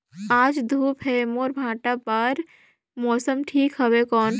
आज धूप हे मोर भांटा बार मौसम ठीक हवय कौन?